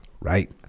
right